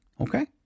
Okay